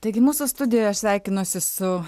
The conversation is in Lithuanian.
taigi mūsų studijoj aš sveikinuosi su